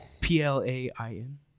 P-L-A-I-N